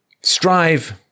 strive